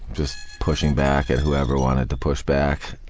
just pushing back at whoever wanted to push back,